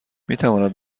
میتواند